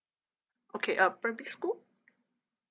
okay uh primary school